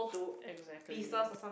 exactly